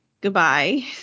goodbye